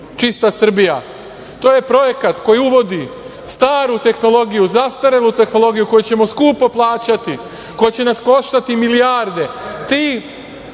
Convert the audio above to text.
„Čista Srbija“, jer to je projekat koji uvodi staru tehnologiju, zastarelu tehnologiju koju ćemo skupo plaćati koja će nas koštati milijarde,